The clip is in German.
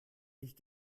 ich